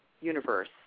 universe